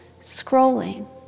scrolling